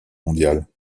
mondiale